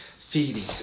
feeding